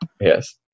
yes